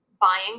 buying